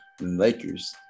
Lakers